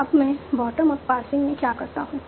अब मैं bottom up parsing में क्या करता हूं